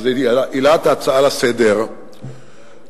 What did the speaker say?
שזו עילת ההצעה לסדר-היום,